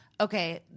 okay